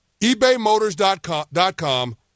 eBayMotors.com